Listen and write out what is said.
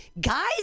guys